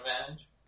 advantage